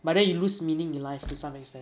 but then you lose meaning in life to some extent